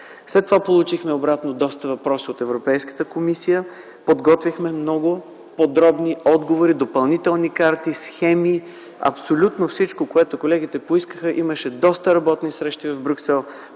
След това получихме обратно доста въпроси от Европейската комисия. Подготвихме много подробни отговори, допълнителни карти, схеми, абсолютно всичко, което колегите поискаха. Имаше доста работни срещи в Брюксел,